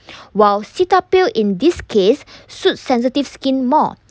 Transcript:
while cetaphil in this case suit sensitive skin more